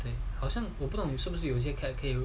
对好像我不懂是不是有些 cat came